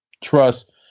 trust